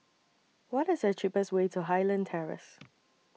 What IS The cheapest Way to Highland Terrace